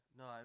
no